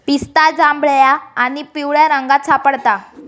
पिस्ता जांभळ्या आणि पिवळ्या रंगात सापडता